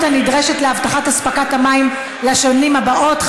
הנדרשת להבטחת אספקת המים לשנים הבאות.